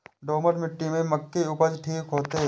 दोमट मिट्टी में मक्के उपज ठीक होते?